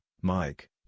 Mike